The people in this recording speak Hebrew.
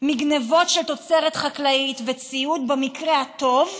מגנבות של תוצרת חקלאית וציוד, במקרה הטוב,